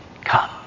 come